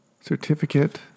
Certificate